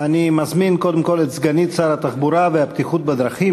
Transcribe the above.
אני מזמין קודם כול את סגנית שר התחבורה והבטיחות בדרכים,